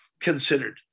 considered